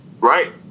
Right